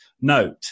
note